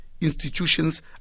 institutions